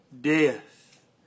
Death